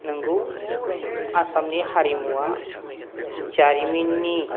नंगौ आसामनि हारिमुवा जारिमिननि